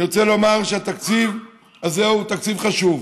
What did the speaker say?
אני רוצה לומר שהתקציב הזה הוא תקציב חשוב.